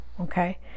okay